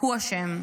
הוא אשם.